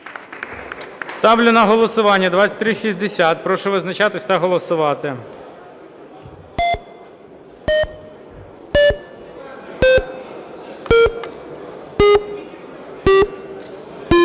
Ставлю на голосування 3468. Прошу визначатися та голосувати.